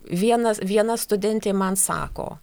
vienas viena studentė man sako